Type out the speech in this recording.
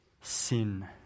sin